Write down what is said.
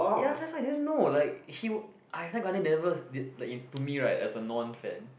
ya that's why I didn't know like he Ariana Grande never like in to me right as a non fan